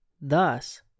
Thus